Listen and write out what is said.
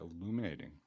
illuminating